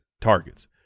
targets